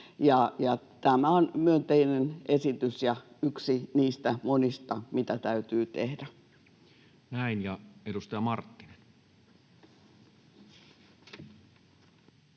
Tämä on myönteinen esitys ja yksi niistä monista, mitä täytyy tehdä. Näin. — Ja edustaja Marttinen.